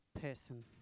person